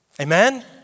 amen